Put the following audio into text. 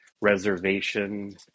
reservation